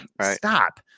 stop